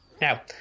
Now